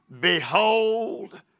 behold